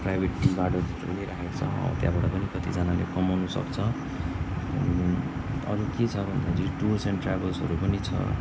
private private tea गार्डनहरू राखेको छ हो त्यहाँबाट पनि कतिजनाले कमाउन सक्छ अरू के छ भन्दाखेरि टुर्स एन्ड ट्राभल्सहरू पनि छ